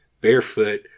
barefoot